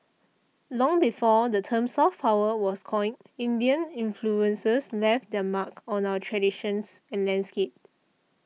long before the term soft power was coined Indian influences left their mark on our traditions and landscape